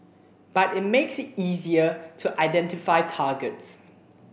but it makes it easier to identify targets